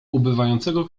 ubywającego